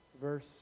verse